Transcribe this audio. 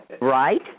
Right